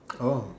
oh